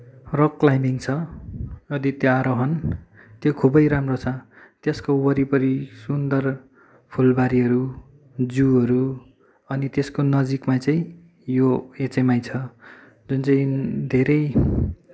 rock climbing छ अद्वितीय आरोहण त्यो खुबै राम्रो छ त्यसको वरिपरि सुन्दर फुलबारीहरू जुहरू अनि त्यसको नजिकमा चाहिँ यो एचएमआई छ जुन चाहिँ धेरै